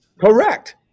Correct